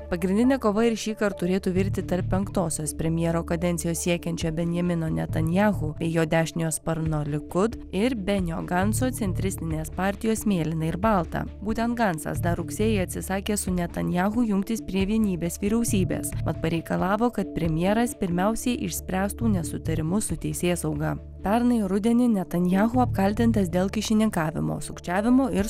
pagrindinė kova ir šįkart turėtų virti tarp penktosios premjero kadencijos siekiančią benjamino netanyahu bei jo dešiniojo sparno likud ir benio ganco centristinės partijos mėlyna ir balta būtent gancas dar rugsėjį atsisakė su netanyahu jungtis prie vienybės vyriausybės mat pareikalavo kad premjeras pirmiausiai išspręstų nesutarimus su teisėsauga pernai rudenį netanyahu apkaltintas dėl kyšininkavimo sukčiavimo ir